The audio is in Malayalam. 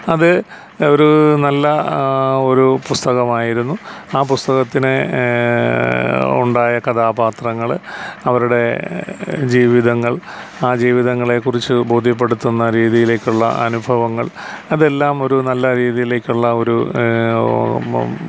അത് ഒരു നല്ല ആ ഒരു പുസ്തകമായിരുന്നു ആ പുസ്തകത്തിനെ ഉണ്ടായ കഥാപാത്രങ്ങൾ അവരുടെ ജീവിതങ്ങൾ ആ ജീവിതങ്ങളെ കുറിച്ച് ബോധ്യപ്പെടുത്തുന്ന രീതിയിലേക്കുള്ള അനുഭവങ്ങൾ അതെല്ലാം ഒരു നല്ല രീതിയിലേക്കുള്ള ഒരു